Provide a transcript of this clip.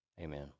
amen